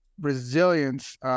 resilience